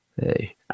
hey